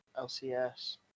LCS